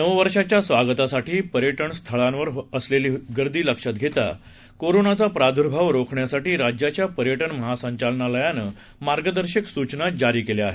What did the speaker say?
नववर्षाच्या स्वागतासाठी पर्यटनस्थळांवर होत असलेली गर्दी लक्षात घेता कोरोनाचा प्रादूर्भाव रोखण्यासाठी राज्याच्या पर्यटन महासंचालनालयानं मार्गदर्शक सूचना जारी केल्या आहेत